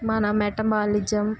మన మెటబాలిజం